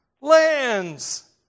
lands